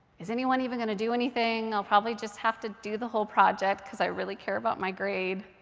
is anyone even going to do anything? i'll probably just have to do the whole project, because i really care about my grade.